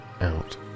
out